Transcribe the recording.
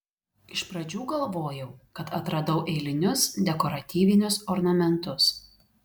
iš pradžių galvojau kad atradau eilinius dekoratyvinius ornamentus